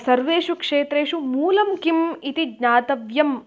सर्वेषु क्षेत्रेषु मूलं किम् इति ज्ञातव्यं